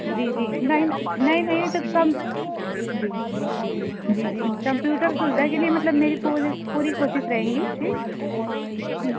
जी जी नहीं ना नहीं नहीं तो कम जी जी जी जी कंप्यूटर सुविधा के लिए मतलब मेरी पूरी पूरी कोशिश रहेगी ठीक ठीक